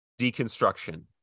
deconstruction